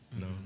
No